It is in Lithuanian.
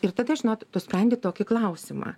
ir tada žinot tu sprendi tokį klausimą